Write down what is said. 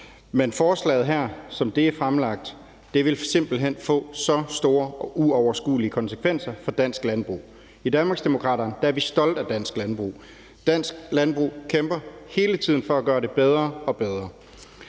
Men forslaget her, som det er fremlagt, vil simpelt hen få så store og uoverskuelige konsekvenser for dansk landbrug. I Danmarksdemokraterne er vi stolte af dansk landbrug. Dansk landbrug kæmper hele tiden for at gøre det bedre og bedre.